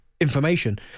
information